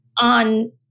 on